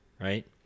right